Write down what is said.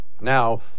Now